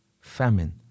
famine